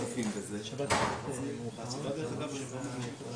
לא מתייחסים לזה כאילו פגיעה בפרטיות.